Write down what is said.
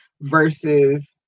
versus